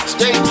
Stay